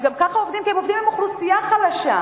הם גם ככה עובדים עם אוכלוסייה חלשה.